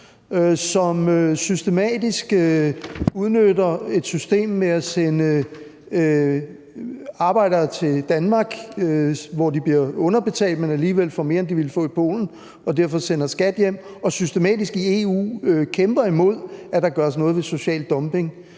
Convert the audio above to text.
som systematisk udnytter et system med at sende arbejdere til Danmark – i Danmark bliver de underbetalt, men får alligevel mere, end de ville få i Polen, og derfor sender de skat hjem – og som i EU systematisk kæmper imod, at der gøres noget ved social dumping,